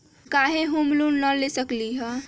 हम काहे home loan न ले सकली ह?